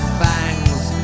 fangs